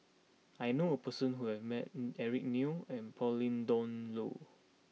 I knew a person who has met Eric Neo and Pauline Dawn Loh